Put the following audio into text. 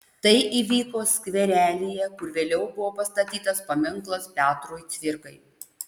tai įvyko skverelyje kur vėliau buvo pastatytas paminklas petrui cvirkai